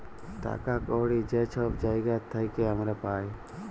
টাকা কড়হি যে ছব জায়গার থ্যাইকে আমরা পাই